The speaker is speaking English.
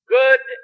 good